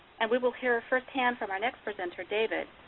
and we will hear firsthand from our next presenter david,